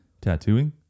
tattooing